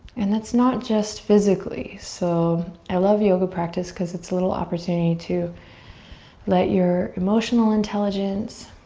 and that's not just physically so, i love yoga practice cause it's a little opportunity to let your emotional intelligence,